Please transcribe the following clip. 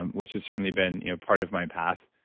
and which has certainly been you know part of my path.